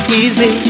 easy